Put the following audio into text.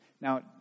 Now